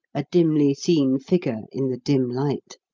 a dimly seen figure in the dim light.